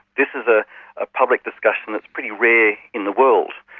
this is a ah public discussion that's pretty rare in the world.